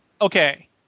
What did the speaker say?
okay